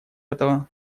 этого